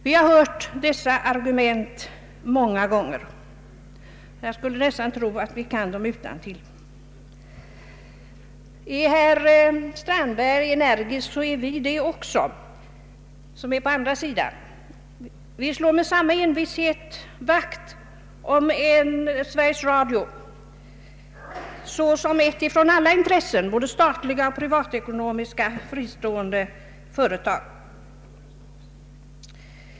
Vi har hört dessa argument många gånger — jag skulle nästan tro att vi kan dem utantill. Är herr Strandberg energisk, är vi det också på andra sidan. Vi slår med samma envishet vakt om Sveriges Radio såsom ett från alla, både statliga och privatekonomiska, intressen fristående företag.